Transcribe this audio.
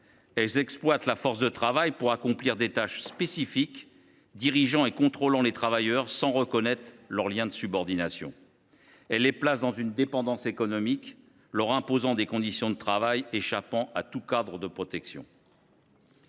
Elles exploitent la force de travail pour accomplir des tâches spécifiques, dirigeant et contrôlant les travailleurs sans reconnaître leur lien de subordination. Elles les placent dans une situation de dépendance économique, leur imposant des conditions de travail qui échappent à tout cadre de protection.